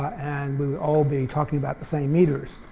and we would all be talking about the same meters.